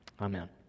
Amen